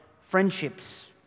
friendships